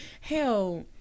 hell